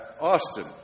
Austin